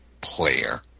player